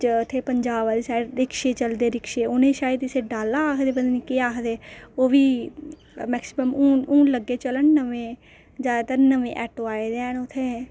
पंजाब आह्ली साइड रिक्शे चलदे रिक्शे उ'नें गी शायद इत्थै डाला आखदे कि के आखदे ओह् बी मैक्सीमम औन लगे चलन नमें ज्यादातर नमें आटो आई गेदे न उत्थै